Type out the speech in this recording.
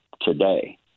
today